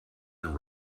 and